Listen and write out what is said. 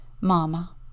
mama